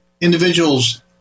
individuals